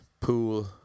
pool